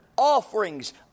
offerings